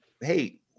hey